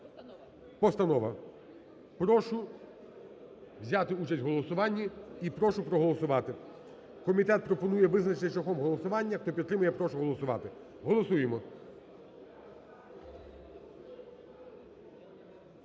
Постанова. Прошу взяти участь у голосуванні і прошу проголосувати. Комітет пропонує визначитись шляхом голосування. Хто підтримує, я прошу голосувати. Голосуємо.